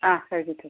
ആ എഴുതിക്കോ